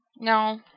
No